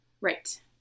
right